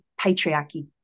patriarchy